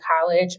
college